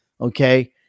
Okay